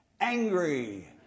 angry